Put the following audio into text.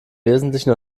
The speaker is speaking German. wesentlichen